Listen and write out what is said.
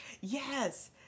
Yes